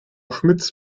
schmitz